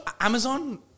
Amazon